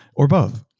or both.